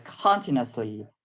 continuously